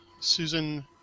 Susan